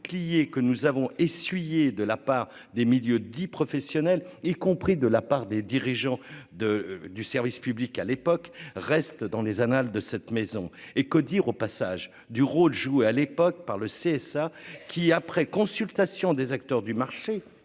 que nous avons essuyé de la part des milieux dits professionnels, y compris de la part des dirigeants de du service public, à l'époque, reste dans les annales de cette maison et que dire au passage du rôle joué à l'époque par le CSA qui, après consultation des acteurs du marché